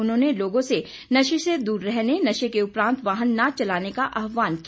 उन्होंने लोगों से नशे से दूर रहने नशे के उपरांत वाहन न चलाने का आह्वान किया